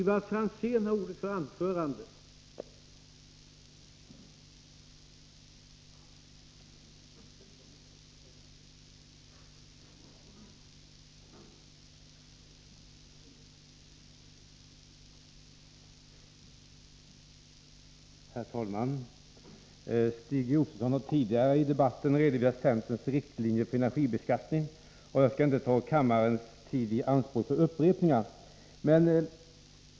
Herr talman! Stig Josefson har tidigare i debatten redovisat centerns riktlinjer för energibeskattning, och jag skall inte ta kammarens tid i anspråk med upprepningar.